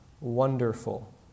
Wonderful